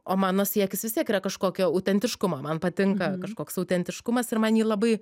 o mano siekis vis tiek yra kažkokio autentiškumo man patinka kažkoks autentiškumas ir man jį labai